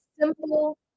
simple